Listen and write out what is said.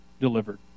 delivered